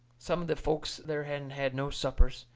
some of the folks there hadn't had no suppers,